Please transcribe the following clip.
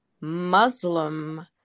Muslim